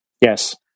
Yes